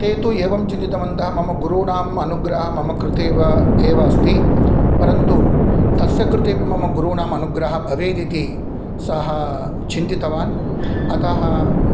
ते तु एवं चिन्तितवन्तः मम गुरूणाम् अनुग्रह मम कृतेव एव अस्ति परन्तु तस्य कृतेपि मम गूरूणाम् अनुग्रह भवेदिति सः चिन्तितवान् अतः